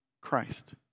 Christ